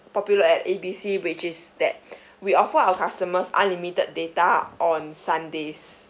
popular at A B C which is that we offer our customers unlimited data on sundays